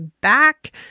back